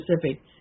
Pacific